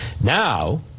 Now